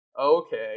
okay